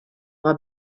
mei